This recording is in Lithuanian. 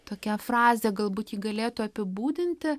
tokią frazę galbūt ji galėtų apibūdinti